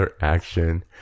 action